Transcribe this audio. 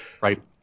right